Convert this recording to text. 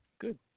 Good